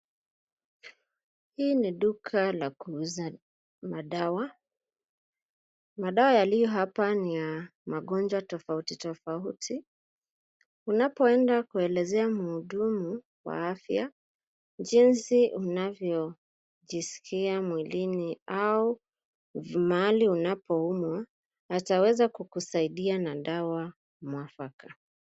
Hii ni duka la kuuza madawa. Madawa yaliyo hapa ni ya magonjwa tofauti tofauti. Unapoenda kuelezea muhudumu wa afya jinsi unavyo jiskia mwilini, au mahalli unapo umwa, ataweza kukusaidia na dawa mwafaka.